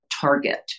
target